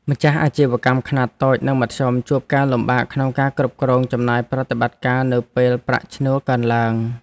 ម្ចាស់អាជីវកម្មខ្នាតតូច និងមធ្យមជួបការលំបាកក្នុងការគ្រប់គ្រងចំណាយប្រតិបត្តិការនៅពេលប្រាក់ឈ្នួលកើនឡើង។